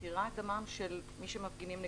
מתירה את דמם של מי שמפגינים נגדם.